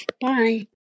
Bye